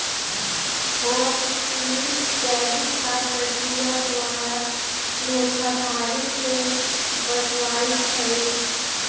hot list debit card प्रक्रिया द्वारा धोखाधड़ी से बचबइ छै